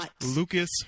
Lucas